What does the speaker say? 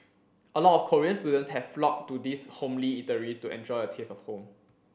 a lot of Korean students have flocked to this homely eatery to enjoy a taste of home